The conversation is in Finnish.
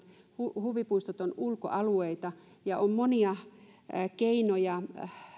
huvipuistot ovat ulkoalueita ja on monia keinoja